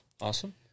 Awesome